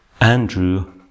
Andrew